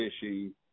fishing